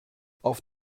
auf